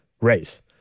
race